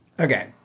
Okay